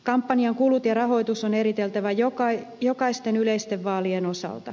kampanjan kulut ja rahoitus on eriteltävä jokaisten yleisten vaalien osalta